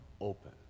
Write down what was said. open